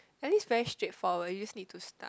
at least very straightforward you just need to start